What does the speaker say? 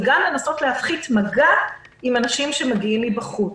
וגם לנסות להפחית מגע עם אנשים שמגיעים מבחוץ.